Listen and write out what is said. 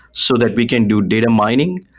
so that we can do data mining,